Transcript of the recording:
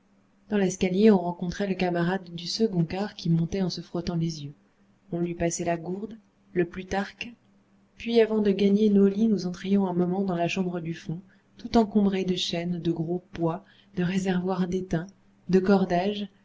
dans l'escalier on rencontrait le camarade du second quart qui montait en se frottant les yeux on lui passait la gourde le plutarque puis avant de gagner nos lits nous entrions un moment dans la chambre du fond toute encombrée de chaînes de gros poids de réservoirs d'étain de cordages